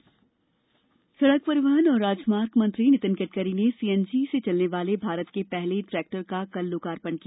CNG tractor सडक परिवहन और राजमार्ग मंत्री नितिन गडकरी ने सीएनजी से चलने वाले भारत के पहले ट्रैक्टर का कल लोकार्पण किया